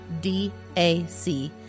DAC